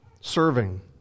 serving